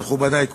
מכובדי כולם,